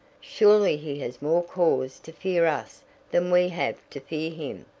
surely he has more cause to fear us than we have to fear him.